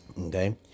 Okay